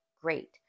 great